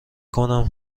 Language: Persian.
کنم